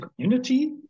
community